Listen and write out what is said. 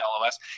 LOS